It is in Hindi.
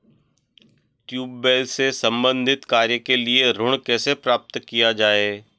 ट्यूबेल से संबंधित कार्य के लिए ऋण कैसे प्राप्त किया जाए?